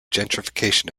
gentrification